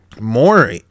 more